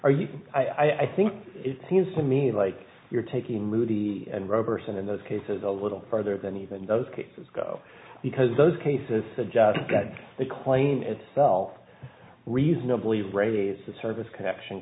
are you i think it seems to me like you're taking moody and roberson in those cases a little further than even those cases go because those cases suggest that the claim itself reasonably raise the service connection